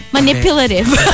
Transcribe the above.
Manipulative